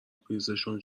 پریزشون